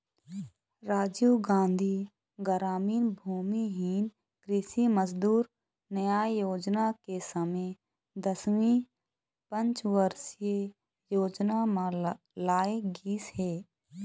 राजीव गांधी गरामीन भूमिहीन कृषि मजदूर न्याय योजना के समे दसवीं पंचवरसीय योजना म लाए गिस हे